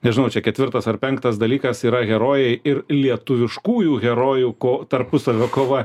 nežinau čia ketvirtas ar penktas dalykas yra herojai ir lietuviškųjų herojų ko tarpusavio kova